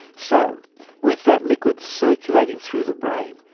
so with that liquid circulating through the brain,